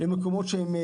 למקומות יותר